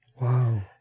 Wow